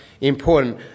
important